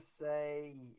say